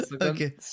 Okay